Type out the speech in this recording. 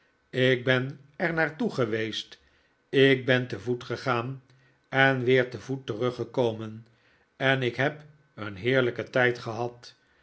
ik ben er naar toe geweest ik ben te voet gegaah en weer te voet teruggekomen en ik heb een heerlijken tijd gehad